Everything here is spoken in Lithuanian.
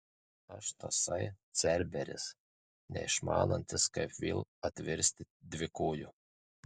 aš tasai cerberis neišmanantis kaip vėl atvirsti dvikoju